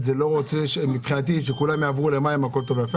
את כל אזרחי מדינת ישראל.